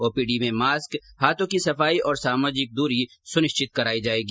OPD में mask हाथो की सफाई और सामाजिक दूरी सुनिश्चित कराई जायेगी